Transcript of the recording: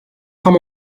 tam